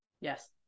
Yes